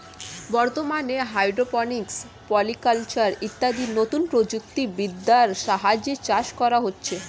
বর্তমানে hydroponics, polyculture ইত্যাদি নতুন প্রযুক্তি বিদ্যার সাহায্যে চাষ করা হচ্ছে